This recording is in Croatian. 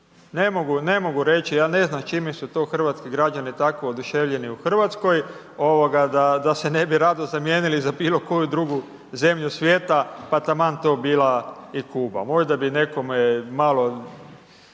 ne mogu reći ja ne znam s čime su to hrvatski građani tako oduševljeni u RH da se ne bi rado zamijenili za bilo koju drugu zemlju svijeta, pa taman to bila i Kuba, možda bi nekome malo